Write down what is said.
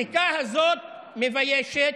השתיקה הזאת מביישת,